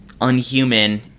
unhuman